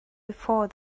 before